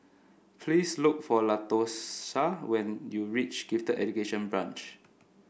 please look for Latosha when you reach Gifted Education Branch